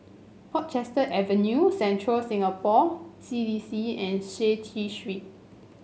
Portchester Avenue Central Singapore C D C and Seah T Street